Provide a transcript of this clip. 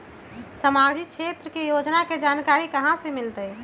सामाजिक क्षेत्र के योजना के जानकारी कहाँ से मिलतै?